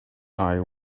eye